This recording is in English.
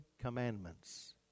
Commandments